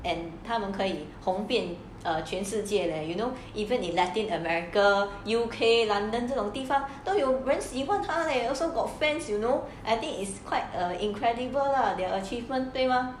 and 他们可以红遍全世界 leh you know even in latin america U_K london 这种地方都有人喜欢他 leh 都有 fans you know I think it's quite incredible lah their achievement 对吗